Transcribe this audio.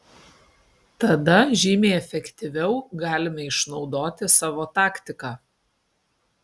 tada žymiai efektyviau galime išnaudoti savo taktiką